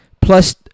plus